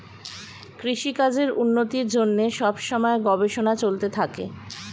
কৃষিকাজের উন্নতির জন্যে সব সময়ে গবেষণা চলতে থাকে